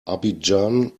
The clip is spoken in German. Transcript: abidjan